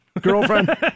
girlfriend